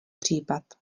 případ